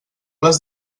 les